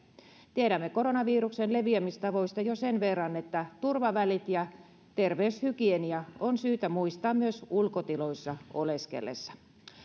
tiedämme koronaviruksen leviämistavoista jo sen verran että turvavälit ja terveyshygienia on syytä muistaa myös ulkotiloissa oleskellessa